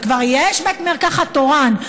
וכבר יש בית מרקחת תורן,